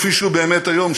כפי שהוא באמת היום,